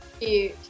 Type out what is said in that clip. cute